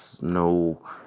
no